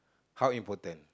how important